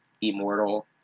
immortal